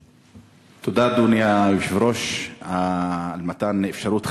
תודה, אדוני היושב-ראש, על מתן אפשרות חריגה.